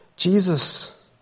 Jesus